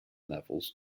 levels